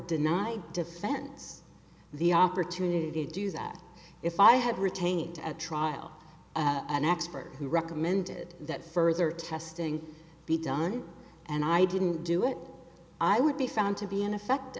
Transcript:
denied defense the opportunity to do that if i had retained at trial an expert who recommended that further testing be done and i didn't do it i would be found to be in effect